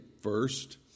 first